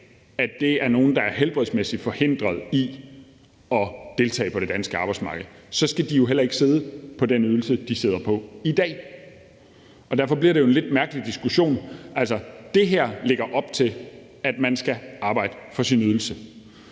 tilbage, er nogle, der helbredsmæssigt er forhindrede i at deltage på det danske arbejdsmarked, så skal de jo heller ikke sidde på den ydelse, de sidder på i dag. Derfor bliver det jo en lidt mærkelig diskussion. Altså, det her lægger op til, at man skal arbejde for sin ydelse,